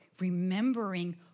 remembering